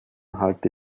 halte